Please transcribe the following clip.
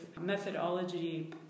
methodology